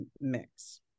mix